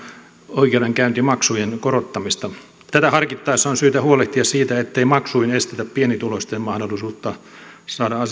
oikeudenkäyntimaksujen korottamista tätä harkittaessa on syytä huolehtia siitä ettei maksuin estetä pienituloisten mahdollisuutta saada